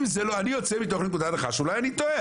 אם זה, אני יוצא מתוך נקודת הנחה שאולי אני טועה.